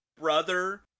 brother